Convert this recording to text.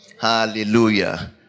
Hallelujah